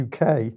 UK